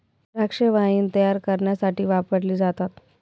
द्राक्षे वाईन तायार करण्यासाठी वापरली जातात